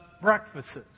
breakfasts